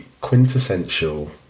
quintessential